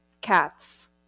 cats